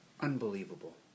Unbelievable